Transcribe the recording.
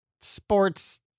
sports